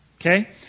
Okay